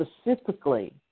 specifically